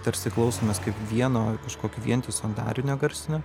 tarsi klausomės kaip vieno kažkokio vientiso darinio garsinio